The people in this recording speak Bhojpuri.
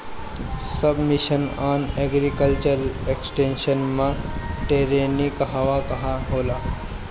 सब मिशन आन एग्रीकल्चर एक्सटेंशन मै टेरेनीं कहवा कहा होला?